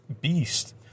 beast